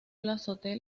plazoleta